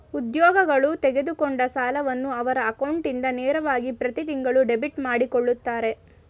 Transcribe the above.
ಉದ್ಯೋಗಗಳು ತೆಗೆದುಕೊಂಡ ಸಾಲವನ್ನು ಅವರ ಅಕೌಂಟ್ ಇಂದ ನೇರವಾಗಿ ಪ್ರತಿತಿಂಗಳು ಡೆಬಿಟ್ ಮಾಡಕೊಳ್ಳುತ್ತರೆ